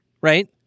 right